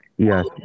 Yes